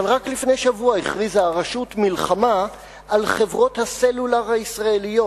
אבל רק לפני שבוע הכריזה הרשות מלחמה על חברות הסלולר הישראליות.